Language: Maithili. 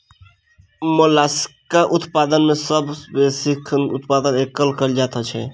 मोलास्कक उत्पादन मे सभ सॅ बेसी शंखक उत्पादन कएल जाइत छै